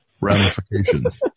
ramifications